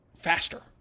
faster